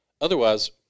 Otherwise